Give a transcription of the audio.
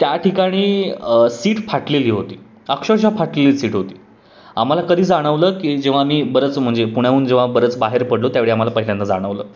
त्या ठिकाणी सीट फाटलेली होती अक्षरशः फाटलेली सीट होती आम्हाला कधी जाणवलं की जेव्हा आम्ही बरंच म्हणजे पुण्याहून जेव्हा बरंच बाहेर पडलो त्यावेळी आम्हाला पहिल्यांदा जाणवलं